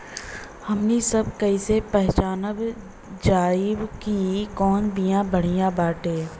हमनी सभ कईसे पहचानब जाइब की कवन बिया बढ़ियां बाटे?